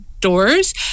doors